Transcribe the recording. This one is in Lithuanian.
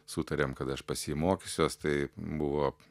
sutarėm kad aš pas jį mokysiuosi tai buvo